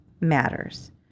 matters